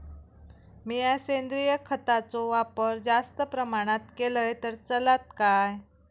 मीया सेंद्रिय खताचो वापर जास्त प्रमाणात केलय तर चलात काय?